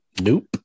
nope